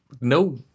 no